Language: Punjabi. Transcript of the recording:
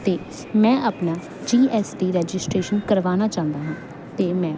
ਤੇ ਮੈਂ ਆਪਣਾ ਜੀ ਐਸ ਟੀ ਰਜਿਸਟਰੇਸ਼ਨ ਕਰਵਾਉਣਾ ਚਾਹੁੰਦਾ ਹਾਂ ਤੇ ਮੈਂ